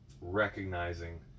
recognizing